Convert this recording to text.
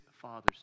Father's